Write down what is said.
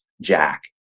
jack